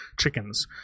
chickens